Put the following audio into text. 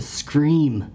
scream